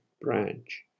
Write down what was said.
branch